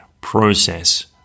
process